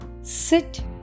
sit